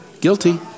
Guilty